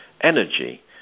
energy